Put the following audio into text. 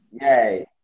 Yay